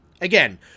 Again